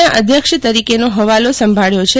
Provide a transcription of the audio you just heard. ના અધ્યક્ષ તરીકે હવાલો સંભાળ્યો છે